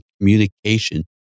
communication